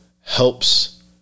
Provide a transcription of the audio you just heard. helps